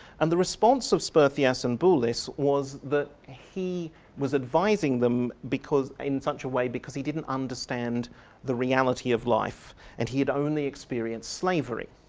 and the response of sperthias and bulis was that he was advising them in such a way because he didn't understand the reality of life and he had only experienced slavery.